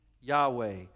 Yahweh